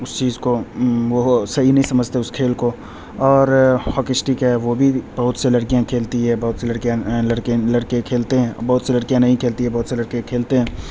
اس چیز کو وہ صحیح نہیں سمجھتے اس کھیل کو اور ہاکی سٹک ہے وہ بھی بہت سی لڑکیاں کھیلتی ہے بہت سی لڑکیاں لڑکے لڑکے کھیلتے ہیں بہت سی لڑکیاں نہیں کھیلتی ہے بہت سے لڑکے کھیلتے ہیں